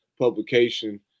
publication